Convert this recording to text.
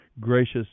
gracious